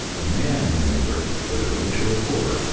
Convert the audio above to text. a man, remember, whether rich or poor,